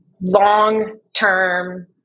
long-term